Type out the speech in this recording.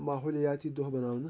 ماحولیاتی دۄہ مناونہٕ